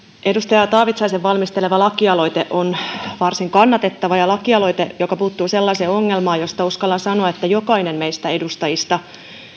edustaja taavitsaisen valmistelema lakialoite on varsin kannatettava ja lakialoite joka puuttuu sellaiseen ongelmaan josta uskallan sanoa jokainen meistä edustajista